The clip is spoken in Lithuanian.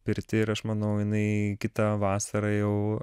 pirtį ir aš manau jinai kitą vasarą jau